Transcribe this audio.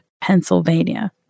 pennsylvania